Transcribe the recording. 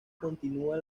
continúa